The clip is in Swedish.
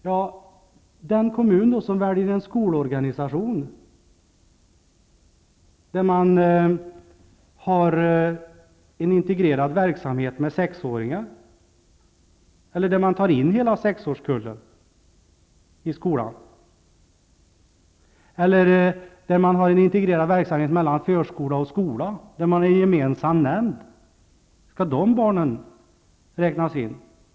Men hur blir det med den kommun som väljer en skolorganisation där man har en integrerad verksamhet med sexåringar, tar in hela sexårskullen i skolan eller har en integrerad verksamhet när det gäller förskola och skola med en gemensam nämnd? Skall de barnen räknas in?